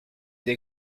des